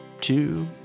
two